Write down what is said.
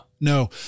no